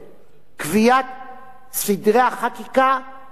סדרי החקיקה ודירוג החקיקה במדינת ישראל.